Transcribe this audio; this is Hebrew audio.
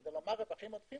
כדי לומר רווחים עודפים,